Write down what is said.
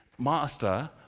master